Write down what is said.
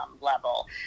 level